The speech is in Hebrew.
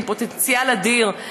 עם פוטנציאל אדיר,